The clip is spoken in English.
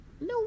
No